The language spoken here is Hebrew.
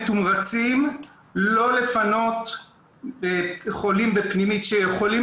מתומרצים לא לפנות חולים בפנימית שיכולים